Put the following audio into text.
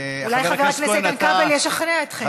אולי חבר הכנסת כבל ישכנע אתכם.